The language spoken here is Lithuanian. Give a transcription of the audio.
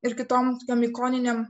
ir kitom tokiom ikoninėm